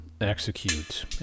execute